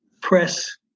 press